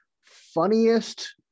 funniest